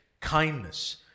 kindness